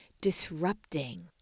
disrupting